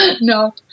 No